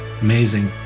Amazing